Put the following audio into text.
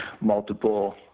multiple